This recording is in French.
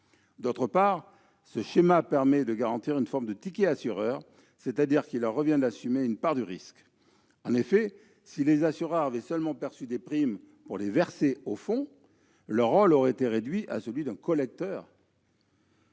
D'autre part, ce schéma permet de garantir une forme de « ticket assureurs », c'est-à-dire qu'il leur revient d'assumer une part du risque. En effet, si les assureurs avaient seulement perçu des primes pour les verser au fonds, leur rôle aurait été réduit à celui d'un « collecteur